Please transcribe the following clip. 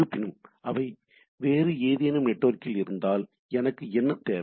இருப்பினும் அவை வேறு ஏதேனும் நெட்வொர்க்கில் இருந்தால் எனக்கு என்ன தேவை